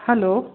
hello